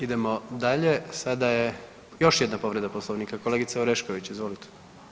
Idemo dalje, sada je još jedna povreda poslovnika, kolegica Orešković, izvolite.